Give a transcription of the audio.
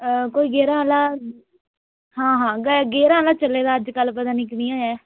कोई गेयरां आह्ला हां हां गेयरां आह्ला चले दा अजकल पता निं कनेहा ऐ